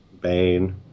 Bane